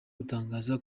gutangaza